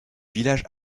village